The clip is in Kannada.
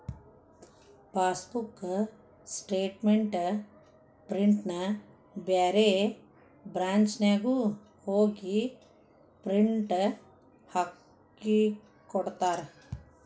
ಫಾಸ್ಬೂಕ್ ಸ್ಟೇಟ್ಮೆಂಟ್ ಪ್ರಿಂಟ್ನ ಬ್ಯಾರೆ ಬ್ರಾಂಚ್ನ್ಯಾಗು ಹೋಗಿ ಪ್ರಿಂಟ್ ಹಾಕಿಕೊಡ್ತಾರ